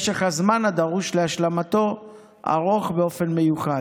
משך הזמן הדרוש להשלמתו ארוך באופן מיוחד.